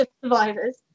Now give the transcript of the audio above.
survivors